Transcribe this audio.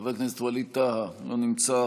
חבר הכנסת ווליד טאהא, לא נמצא.